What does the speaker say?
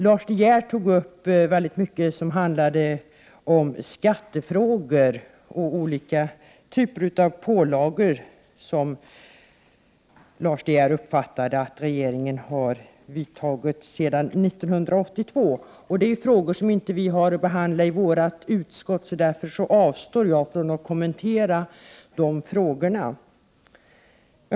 Lars De Geer tog upp mycket som handlade om skattefrågor och olika typer av pålagor som han uppfattade att regeringen har infört sedan 1982. Det är frågor vi inte har att behandla i vårt utskott. Därför avstår jag från att kommentera de frågorna.